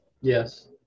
Yes